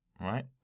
right